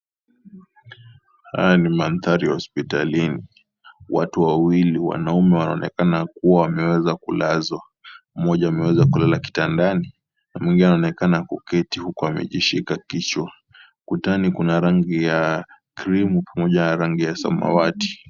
Haya ni mandhari hospitalini. Watu wawili wanaume wanaonekana kuwa wameweza kulazwa. Mmoja ameweza kulala kitandani, na mwingine anaonekana kuketi huku amejishika kichwa. Ukutani kuna rangi ya krimu pamoja na rangi ya samawati.